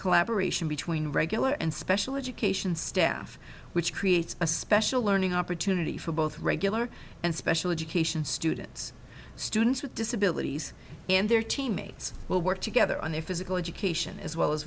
collaboration between regular and special education staff which creates a special learning opportunity for both regular and special education students students with disabilities and their teammates will work together on their physical education as well as